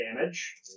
damage